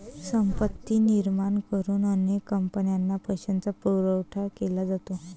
संपत्ती निर्माण करून अनेक कंपन्यांना पैशाचा पुरवठा केला जातो